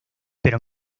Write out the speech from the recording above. pero